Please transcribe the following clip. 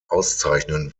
auszeichnen